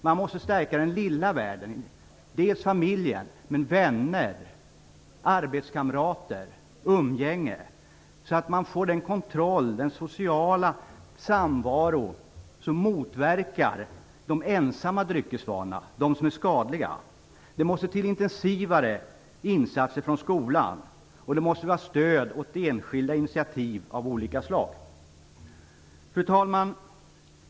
Man måste stärka den lilla världen, dels familjen, dels också vänner, arbetskamrater och umgänge, så att man får den kontroll som social samvaro innebär, vilket motverkar de ensamma dryckesvanorna, de som är skadliga. Det måste till intensivare insatser från skolan, och det måste ges stöd åt enskilda initiativ av olika slag. Fru talman!